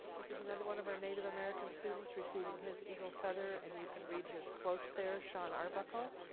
this is another one of our native american students receiving his eagle feather, and you can read his quotes there, shawn arbuckle.